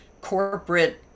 corporate